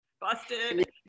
Busted